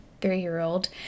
three-year-old